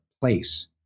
place